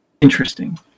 interesting